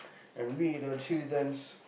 and we the citizens